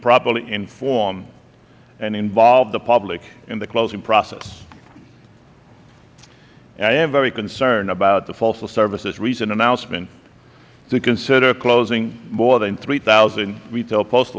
properly inform and involve the public in the closing process i am very concerned about the postal service's recent announcement to consider closing more than three thousand retail post